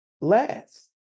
last